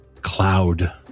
cloud